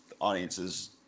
Audiences